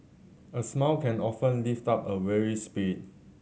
a smile can often lift up a weary spirit